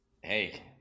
Hey